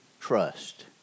trust